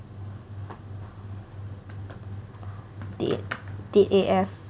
dead dead A_F